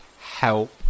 help